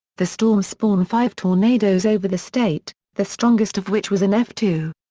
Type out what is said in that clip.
the storm spawned five tornadoes over the state, the strongest of which was an f two.